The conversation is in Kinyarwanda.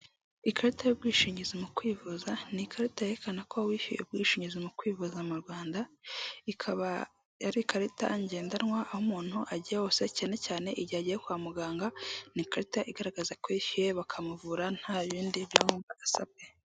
Ikarita y'ubwishingizi mu kwivuza ni ikarita yerekana ko wishyuye ubwishingizi mu kwivuza mu Rwanda. Ikaba ari ikarita ngendanwa aho umuntu ajya hose, cyane cyane igihe agiye kwa muganga. Ni ikarita igaragaza ko yishyuye, bakamuvura nta bindi bisabwe.